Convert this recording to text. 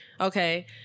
okay